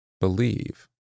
believe